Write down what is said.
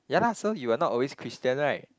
ya lah so you were not always Christian right